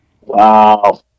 Wow